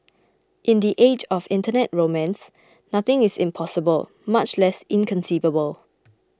in the age of internet romance nothing is impossible much less inconceivable